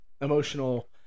emotional